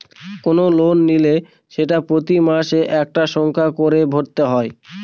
কোনো লোন নিলে সেটা প্রতি মাসে একটা সংখ্যা করে ভরতে হয়